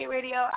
Radio